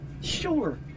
sure